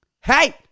Hey